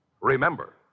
Remember